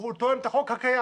הוא תואם את החוק הקיים.